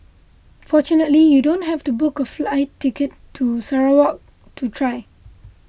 fortunately you don't have to book a flight ticket to Sarawak to try